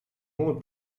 noord